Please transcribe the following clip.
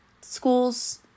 school's